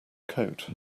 coat